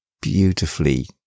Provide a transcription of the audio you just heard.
beautifully